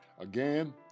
Again